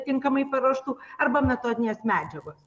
tinkamai paruoštų arba metodinės medžiagos